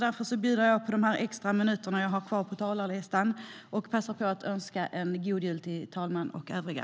Därför bjuder jag på de minuter jag har kvar av talartiden och passar på att önska en god jul till talmannen och övriga.